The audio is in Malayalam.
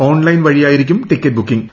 ഓൺലൈൻ വഴിയായിരിക്കും ടിക്കറ്റ് ബുക്കിംഗ്